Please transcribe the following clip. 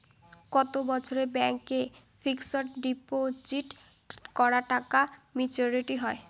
কত বছরে ব্যাংক এ ফিক্সড ডিপোজিট করা টাকা মেচুউরিটি হয়?